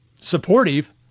supportive—